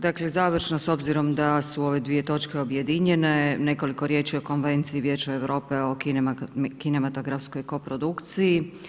Dakle završno s obzirom da su ove dvije točke objedinjene, nekoliko riječi o Konvenciji vijeća Europe o kinematografskoj koprodukciji.